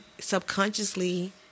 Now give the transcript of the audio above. subconsciously